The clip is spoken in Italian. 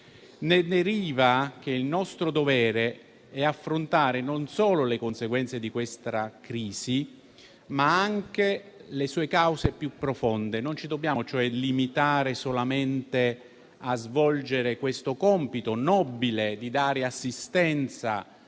Ne deriva che il nostro dovere è affrontare non solo le conseguenze di questa crisi, ma anche le sue cause più profonde. Non ci dobbiamo cioè limitare solamente a svolgere questo compito nobile di dare assistenza